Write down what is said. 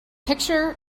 picture